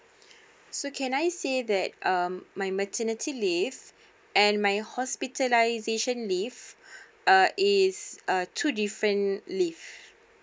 so can I say that um my maternity leave and my hospitalization leave uh it is uh two different leave